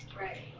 Right